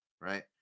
right